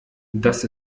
dass